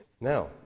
Now